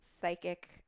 psychic